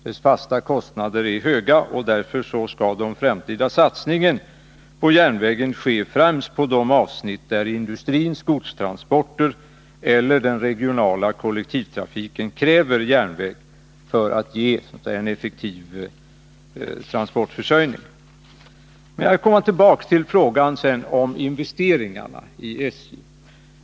De fasta kostnaderna är höga, och därför skall den framtida satsningen på järnvägen ske främst på de avsnitt där industrins godstransporter eller den regionala kollektivtrafiken kräver järnväg för att det skall bli en effektiv trafikförsörjning. Sedan vill jag komma tillbaka till frågan om investeringarna i SJ.